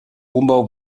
umbau